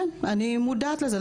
אני מודעת לזה,